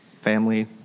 family